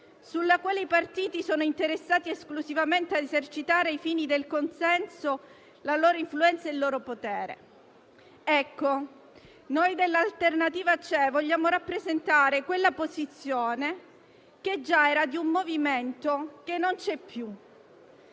sulla quale i partiti sono interessati esclusivamente ad esercitare ai fini del consenso la loro influenza e il loro potere. Ebbene, noi parlamentari della componente "L'alternativa c'è" vogliamo rappresentare quella posizione che già era di un movimento che non c'è più